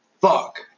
Fuck